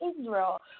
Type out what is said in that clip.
Israel